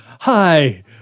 hi